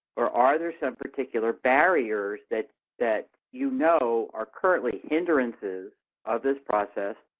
or are there some particular barriers that that you know are currently hindrances of this process?